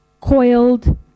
coiled